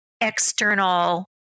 external